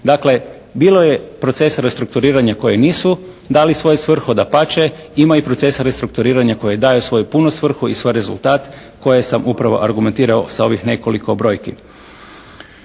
Dakle bilo je procesa restrukturiranja koji nisu dali svoju svrhu, dapače ima i procesa restrukturiranja koji daju svoju punu svrhu i svoj rezultat koje sam upravo argumentirao sa ovih nekoliko brojki.